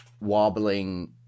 wobbling